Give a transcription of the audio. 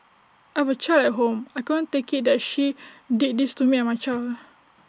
I would child at home I couldn't take IT that she did this to me and my child